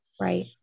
Right